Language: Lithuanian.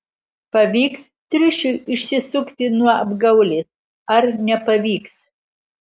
pavyks triušiui išsisukti nuo apgaulės ar nepavyks